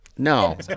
No